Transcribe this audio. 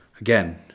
again